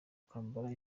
kwambara